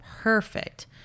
perfect